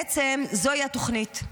בעצם זוהי התוכנית: